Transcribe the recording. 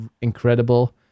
incredible